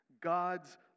God's